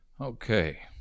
Okay